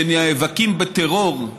כשנאבקים בטרור,